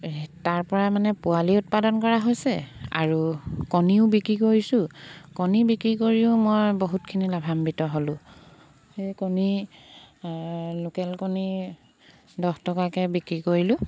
তাৰ পৰা মানে পোৱালি উৎপাদন কৰা হৈছে আৰু কণীও বিক্ৰী কৰিছোঁ কণী বিক্ৰী কৰিও মই বহুতখিনি লাভাম্বিত হ'লোঁ সেই কণী লোকেল কণী দহ টকাকৈ বিক্ৰী কৰিলোঁ